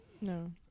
No